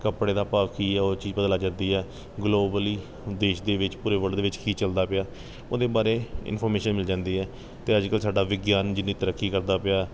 ਕੱਪੜੇ ਦਾ ਭਾਅ ਕੀ ਹੈ ਉਹ ਚੀਜ਼ ਪਤਾ ਲੱਗ ਜਾਂਦੀ ਆ ਗਲੋਬਲੀ ਦੇਸ਼ ਦੇ ਵਿੱਚ ਪੂਰੇ ਵਰਲਡ ਦੇ ਵਿੱਚ ਕੀ ਚੱਲਦਾ ਪਿਆ ਉਹਦੇ ਬਾਰੇ ਇਨਫੋਰਮੇਸ਼ਨ ਮਿਲ ਜਾਂਦੀ ਹੈ ਅਤੇ ਅੱਜ ਕੱਲ੍ਹ ਸਾਡਾ ਵਿਗਿਆਨ ਜਿੰਨੀ ਤਰੱਕੀ ਕਰਦਾ ਪਿਆ